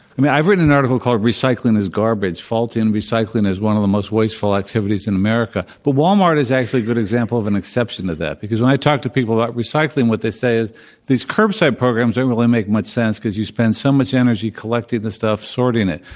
i mean, i've written an article called recycling is garbage, faulting recycling as one of the most wasteful activities in america but walmart is actually a good example of an exception to that, because when i talked to people about recycling, what they say is these curbside programs they really don't make much sense, because you spend so much energy collecting the stuff, sorting it.